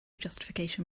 justification